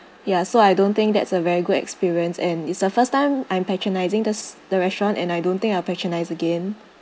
ya so I don't think that's a very good experience and is the first time I'm patronising this the restaurant and I don't think I'll patronise again